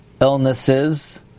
illnesses